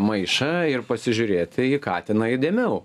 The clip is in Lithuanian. maišą ir pasižiūrėti į katiną įdėmiau